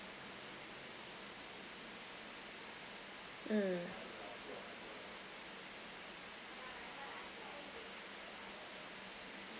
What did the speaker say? mm